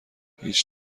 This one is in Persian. هیچ